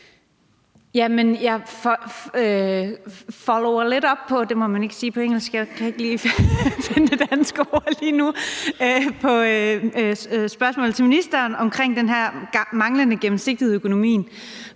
man må ikke sige det på engelsk, men jeg kan ikke lige finde det danske ord nu – spørgsmålet til ministeren om den her manglende gennemsigtighed i økonomien.